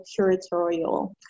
curatorial